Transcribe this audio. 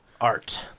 Art